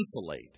insulate